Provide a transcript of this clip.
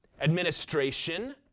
administration